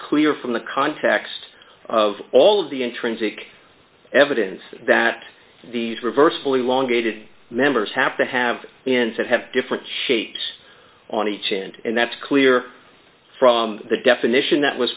clear from the context of all the intrinsic evidence that these reverse fully long dated members have to have inside have different shapes on each end and that's clear from the definition that was